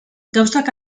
gauzak